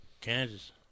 Kansas